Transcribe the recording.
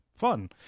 fun